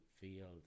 Field